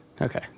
Okay